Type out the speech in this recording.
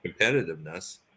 competitiveness